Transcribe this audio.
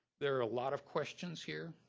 there are a lot of questions here,